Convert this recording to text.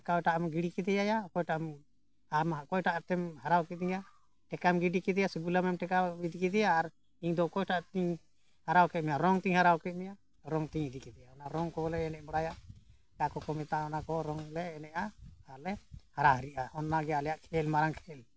ᱚᱠᱚᱭᱴᱟᱜ ᱮᱢ ᱜᱤᱰᱤ ᱠᱮᱫᱮᱭᱟᱭᱟ ᱚᱠᱚᱭᱴᱟᱜ ᱮᱢ ᱟᱢ ᱚᱠᱚᱭᱴᱟᱜ ᱛᱮᱢ ᱦᱟᱨᱟᱣ ᱠᱤᱫᱤᱧᱟ ᱴᱮᱠᱟᱢ ᱜᱤᱰᱤ ᱠᱮᱫᱮᱭᱟ ᱥᱮ ᱜᱩᱞᱟᱹᱢ ᱮᱢ ᱴᱮᱠᱟᱣ ᱜᱤᱰᱤ ᱠᱮᱫᱮᱭᱟ ᱟᱨ ᱤᱧ ᱫᱚ ᱚᱠᱚᱭᱴᱟᱜ ᱛᱤᱧ ᱦᱟᱨᱟᱣ ᱠᱮᱜ ᱢᱮᱭᱟ ᱨᱚᱝ ᱛᱤᱧ ᱦᱟᱨᱟᱣ ᱠᱮᱜ ᱢᱮᱭᱟ ᱨᱚᱝ ᱛᱤᱧ ᱤᱫᱤ ᱠᱮᱫᱮᱭᱟ ᱚᱱᱟ ᱨᱚᱝ ᱠᱚᱞᱮ ᱮᱱᱮᱡ ᱵᱟᱲᱟᱭᱟ ᱚᱠᱟ ᱠᱚᱠᱚ ᱢᱮᱛᱟᱫᱼᱟ ᱚᱱᱟ ᱠᱚ ᱨᱚᱝ ᱞᱮ ᱮᱱᱮᱡᱼᱟ ᱟᱨ ᱞᱮ ᱦᱟᱨᱟ ᱦᱟᱹᱨᱤᱜᱼᱟ ᱚᱱᱟ ᱜᱮ ᱟᱞᱮᱭᱟᱜ ᱠᱷᱮᱞ ᱢᱟᱨᱟᱝ ᱠᱷᱮᱞ